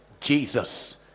Jesus